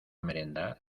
merendar